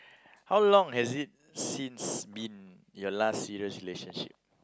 how long has it since been your last serious relationship